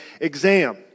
exam